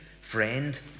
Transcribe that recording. friend